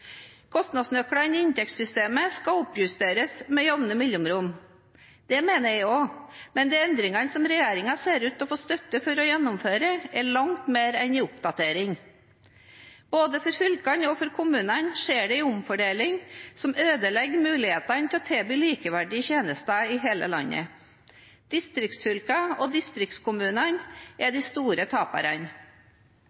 Kostnadsnøklene i inntektssystemet skal oppjusteres med jamne mellomrom. Det mener jeg også, men de endringene som regjeringen ser ut til å få støtte til å gjennomføre, er langt mer enn en oppdatering. Både for fylkene og for kommunene skjer det en omfordeling som ødelegger mulighetene til å tilby likeverdige tjenester i hele landet. Distriktsfylkene og distriktskommunene er